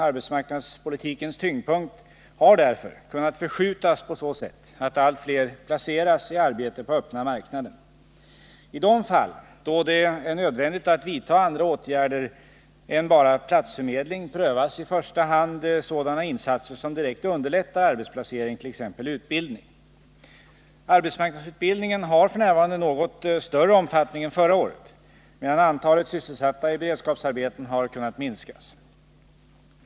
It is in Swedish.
Arbetsmarknadspolitikens tyngdpunkt har därför kunnat förskjutas på så sätt att allt fler placeras i arbete på öppna marknaden. I de fall då det är nödvändigt att vidta andra åtgärder än bara platsförmedling prövas i första hand sådana insatser som direkt underlättar arbetsplacering, t.ex. utbildning. Arbetsmarknadsutbildningen har f. n. något större omfattning än förra året, medan antalet sysselsatta i beredskapsarbeten har kunnat minskas.